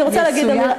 אני רוצה להגיד אמירה,